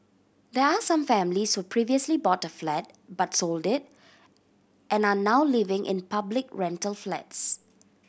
there are some families who previously bought a flat but sold it and are now living in public rental flats